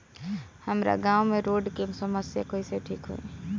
हमारा गाँव मे रोड के समस्या कइसे ठीक होई?